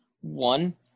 one